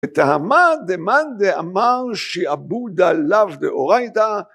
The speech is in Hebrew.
‫וטעמא דמן דאמר שעבודא לאו דאורייתא